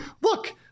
look